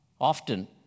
often